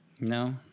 No